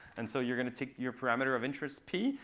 and so you're going to take your parameter of interest, p,